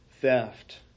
theft